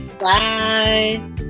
Bye